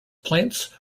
plants